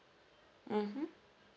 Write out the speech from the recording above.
mmhmm